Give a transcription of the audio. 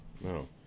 No